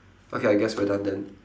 okay I guess we're done then